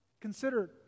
Consider